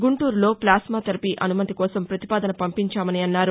గుంటూరులలో plasma therapy అనుమతి కోసం ప్రతిపాదన పంపించామన్నారు